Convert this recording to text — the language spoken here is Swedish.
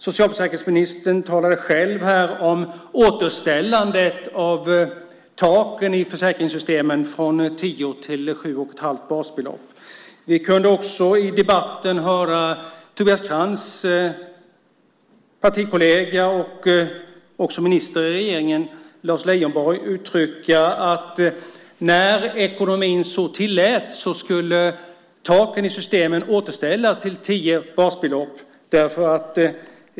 Socialförsäkringsministern talar själv om återställandet av taken i försäkringssystemen från tio till sju och ett halvt basbelopp. Vi kunde också i debatten höra Tobias Krantz partikollega och minister i regeringen Lars Leijonborg uttrycka att när ekonomin så tillät skulle taken i systemen återställas till tio basbelopp.